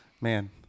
Man